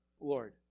Lord